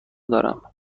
دارم